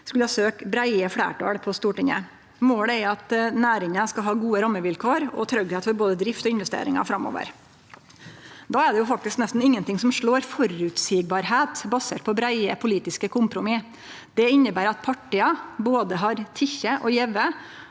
skulle søkje breie fleirtal på Stortinget. Målet er at næringa skal ha gode rammevilkår og tryggleik for både drift og investeringar framover. Då er det faktisk nesten ingenting som slår føreseielegheit basert på breie politiske kompromiss. Det inneber at partia har både teke og gjeve,